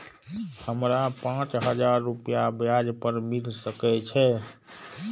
हमरा पाँच हजार रुपया ब्याज पर मिल सके छे?